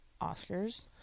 oscars